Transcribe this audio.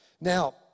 Now